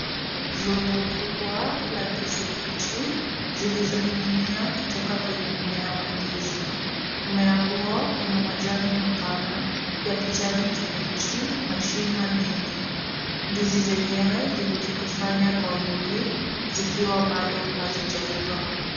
Rundo kubwa la ndizi mbichi zilizoning'inia kutoka kwa mmea wa ndizi. Mmea huo una majani mapana ya kijani kibichi na shina nene. Ndizi zenyewe zimejikusanya kwa wingi zikiwa bado hazijaiva.